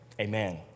amen